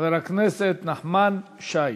חבר הכנסת נחמן שי.